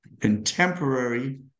contemporary